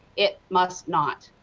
it must not.